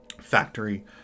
factory